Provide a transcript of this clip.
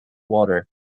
water